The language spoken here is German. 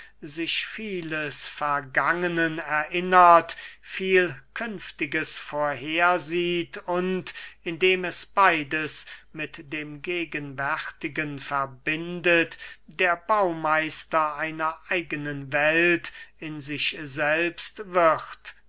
sich vieles vergangenen erinnert viel künftiges vorhersieht und indem es beides mit dem gegenwärtigen verbindet der baumeister einer eigenen welt in sich selbst wird